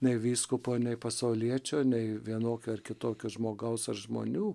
nei vyskupo nei pasauliečio nei vienokio ar kitokio žmogaus ar žmonių